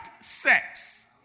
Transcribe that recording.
sex